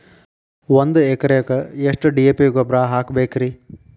ಒಂದು ಎಕರೆಕ್ಕ ಎಷ್ಟ ಡಿ.ಎ.ಪಿ ಗೊಬ್ಬರ ಹಾಕಬೇಕ್ರಿ?